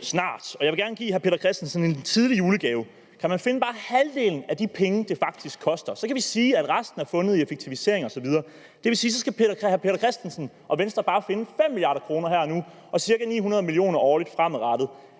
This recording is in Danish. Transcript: snart jul, og jeg vil gerne give hr. Peter Christensen en tidlig julegave: Kan man finde bare halvdelen af de penge, det faktisk koster, kan vi sige, at resten er fundet i effektivisering osv. Det vil sige, at hr. Peter Christensen og Venstre bare skal finde 5 mia. kr. her og nu og ca. 900 mio. kr. årligt fremadrettet.